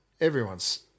everyone's